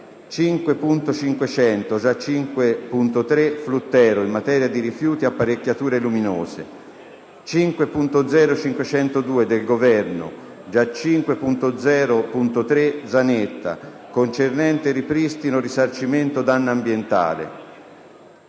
5.500 (già 5.3) Fluttero, in materia di rifiuti apparecchiature luminose; 5.0.502 Governo (già 5.0.3 Zanetta), concernente ripristino risarcimento danno ambientale;